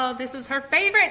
ah this was her favorite!